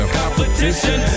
competition